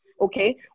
okay